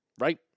Right